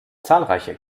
zahlreiche